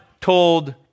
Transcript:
told